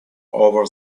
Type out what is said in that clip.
over